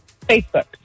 Facebook